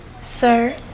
Sir